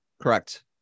Correct